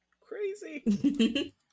Crazy